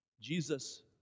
Jesus